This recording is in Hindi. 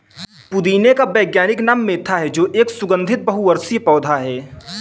पुदीने का वैज्ञानिक नाम मेंथा है जो एक सुगन्धित बहुवर्षीय पौधा है